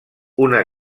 una